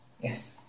Yes